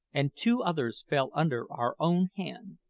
and two others fell under our own hand.